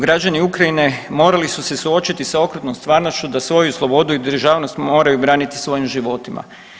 Građani Ukrajine morali su se suočiti sa okrutnom stvarnošću da svoju slobodu i državnost moraju braniti svojim životima.